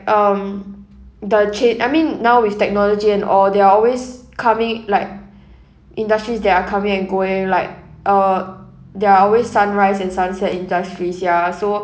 um the chan~ I mean now with technology and all they are always coming like industries that are coming and going like uh there are always sunrise and sunset industries ya so